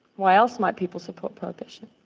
why else might people support prohibition?